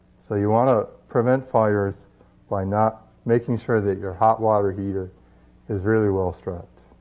so you want to prevent fires by not making sure that your hot water heater is really well-strapped.